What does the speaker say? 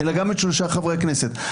אלא גם את שלושה חברי הכנסת.